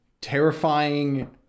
terrifying